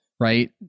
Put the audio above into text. right